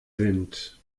sind